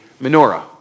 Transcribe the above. menorah